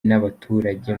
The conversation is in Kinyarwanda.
n’abaturage